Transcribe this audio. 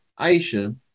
Aisha